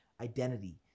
identity